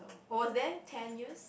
I was there ten years